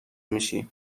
میشی